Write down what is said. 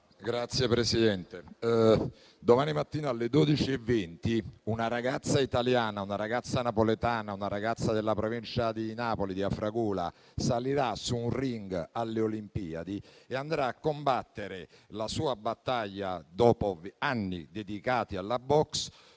Grazie Presidente, domani mattina alle ore 12,20, una ragazza italiana, una ragazza della provincia di Napoli, di Afragola, salirà su un *ring* alle Olimpiadi e andrà a combattere la sua battaglia, dopo anni dedicati alla boxe,